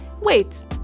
wait